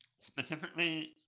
specifically